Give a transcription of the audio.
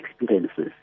experiences